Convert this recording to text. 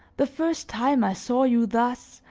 the first time i saw you thus,